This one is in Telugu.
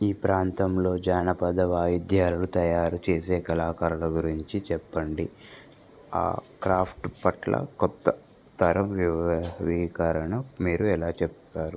ఈ ప్రాంతంలో జానపద వాయిద్యాలు తయారు చేసే కళాకారుల గురించి చెప్పండి ఆ క్రాఫ్ట్ పట్ల కొత్త తరం నవీకరణ మీరు ఎలా చెప్తారు